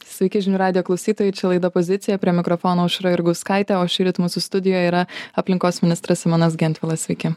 sveiki žinių radijo klausytojai čia laida pozicija prie mikrofono aušra jurgauskaitė o šįryt mūsų studijoj yra aplinkos ministras simonas gentvilas sveiki